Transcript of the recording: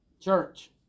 Church